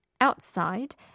outside